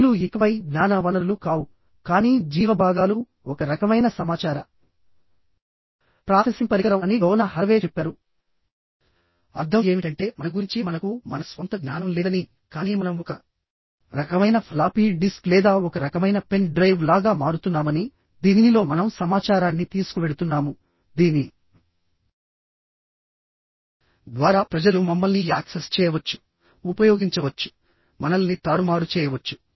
జీవులు ఇకపై జ్ఞాన వనరులు కావు కానీ జీవ భాగాలు ఒక రకమైన సమాచార ప్రాసెసింగ్ పరికరం అని డోనా హరవే చెప్పారు అర్థం ఏమిటంటే మన గురించి మనకు మన స్వంత జ్ఞానం లేదని కానీ మనం ఒక రకమైన ఫ్లాపీ డిస్క్ లేదా ఒక రకమైన పెన్ డ్రైవ్ లాగా మారుతున్నామని దీనిలో మనం సమాచారాన్ని తీసుకువెళుతున్నాము దీని ద్వారా ప్రజలు మమ్మల్ని యాక్సెస్ చేయవచ్చు ఉపయోగించవచ్చు మనల్ని తారుమారు చేయవచ్చు